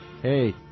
hey